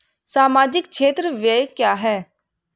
सामाजिक क्षेत्र व्यय क्या है?